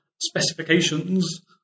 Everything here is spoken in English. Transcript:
specifications